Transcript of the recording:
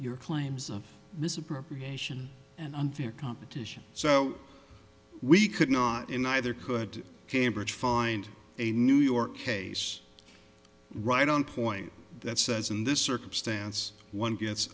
your claims of misappropriation and unfair competition so we could not in either could cambridge find a new york case right on point that says in this circumstance one gets